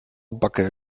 backe